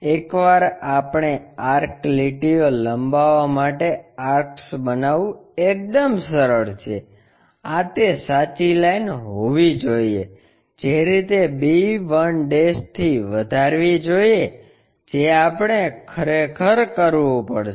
એકવાર આપણે આર્ક લીટીઓ લંબાવવા માટે આર્કસ બનાવવું એકદમ સરળ છે આ તે સાચી લાઇન હોવી જોઈએ જે તે રીતે b1 થી વધારવી જોઈએ જે આપણે ખરેખર કરવું પડશે